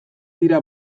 dira